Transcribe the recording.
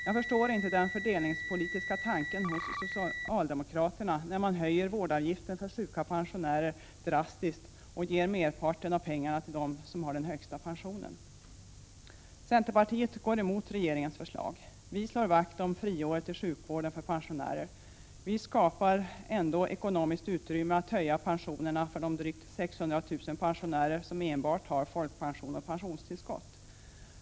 Jag förstår inte den fördelningspolitiska tanken hos socialdemokraterna, när man höjer vårdavgiften för sjuka pensionärer drastiskt och ger merparten av pengarna till dem som har den högsta pensionen. Centerpartiet går emot regeringens förslag om att ta bort friåret i sjukvården. Vi slår vakt om friåret i sjukvården för pensionärer. Vi skapar ändå ekonomiskt utrymme att höja pensionerna för de drygt 600 000 pensionärer som enbart har folkpension och pensionstillskott.